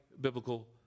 biblical